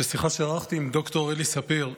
בשיחה שערכתי עם ד"ר אלי ספיר,